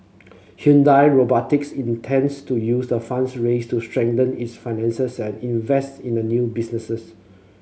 Hyundai Robotics intends to use the funds raised to strengthen its finances and invest in the new businesses